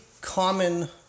common